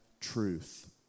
truth